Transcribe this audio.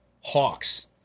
hawks